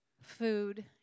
food